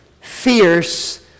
Fierce